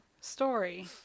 story